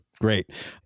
Great